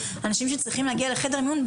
אנשים שצריכים להגיע לחדר מיון,